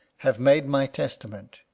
have made my testa ment,